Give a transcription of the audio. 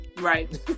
Right